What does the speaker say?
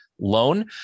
Loan